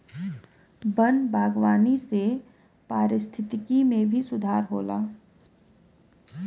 वन बागवानी से पारिस्थिकी में भी सुधार होला